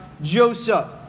Joseph